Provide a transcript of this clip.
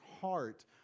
heart